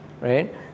right